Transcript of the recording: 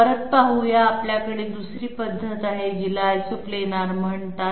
परत पाहूया आपल्याकडे दुसरी पद्धत आहे जिला Isoplanar म्हणतात